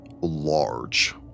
large